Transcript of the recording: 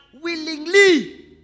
willingly